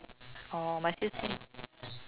orh my sister